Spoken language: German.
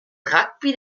rugby